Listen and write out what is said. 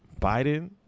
Biden